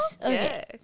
Okay